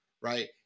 right